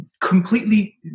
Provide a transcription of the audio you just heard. completely